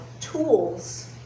tools